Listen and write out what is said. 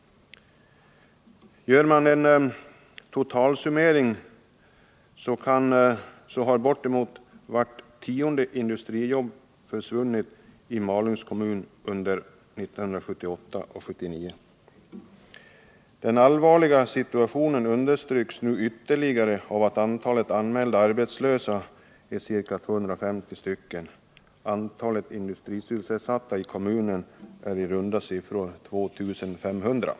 Gör man en totalsummering, finner man att ungefär vart tionde industrijobb försvunnit i Malungs kommun 1978-1979. Den allvarliga situationen understryks nu ytterligare av att antalet anmälda arbetslösa är ca 250. Antalet industrisysselsatta i kommunen är i runt tal 2 500.